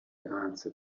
answered